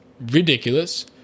ridiculous